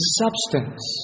substance